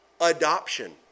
adoption